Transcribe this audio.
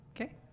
Okay